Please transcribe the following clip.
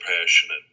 passionate